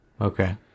Okay